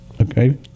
Okay